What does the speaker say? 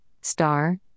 star